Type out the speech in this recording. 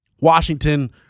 Washington